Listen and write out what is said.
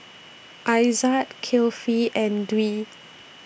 Aizat Kifli and Dwi